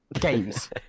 Games